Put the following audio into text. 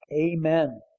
Amen